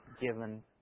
given